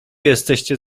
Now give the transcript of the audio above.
jesteście